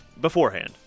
Beforehand